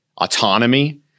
autonomy